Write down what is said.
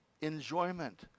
enjoyment